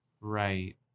Right